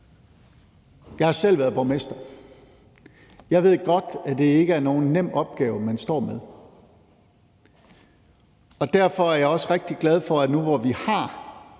Jeg har selv været borgmester, og jeg ved godt, at det ikke er nogen nem opgave, man står med. Derfor er jeg også rigtig glad for, at vi nu, hvor vi har